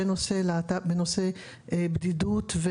בנושא בדידות,